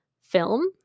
film